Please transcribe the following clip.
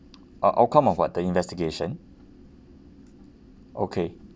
uh outcome of what the investigation okay